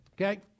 Okay